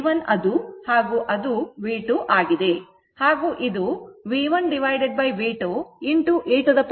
ಅದು V1 ಮತ್ತು ಅದು V2 ಆಗಿದೆ